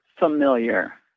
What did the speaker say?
Familiar